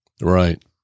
Right